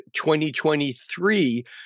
2023